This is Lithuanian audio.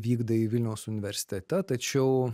vykdai vilniaus universitete tačiau